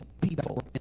people